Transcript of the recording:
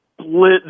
split